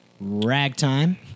Ragtime